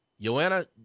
Joanna